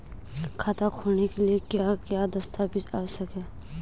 खाता खोलने के लिए क्या क्या दस्तावेज़ आवश्यक हैं?